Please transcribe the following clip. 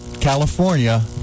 California